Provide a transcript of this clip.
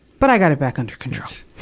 but i got it back under control.